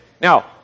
Now